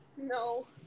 No